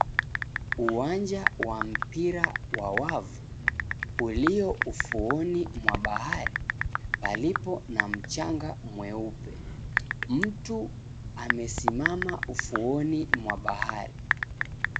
Uwanja wa mpira wa wavu ulio ufuoni mwa bahari palipo na mchanga mweupe. Mtu amesimama ufuoni mwa bahari .